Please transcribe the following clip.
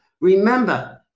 remember